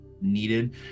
needed